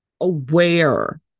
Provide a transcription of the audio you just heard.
aware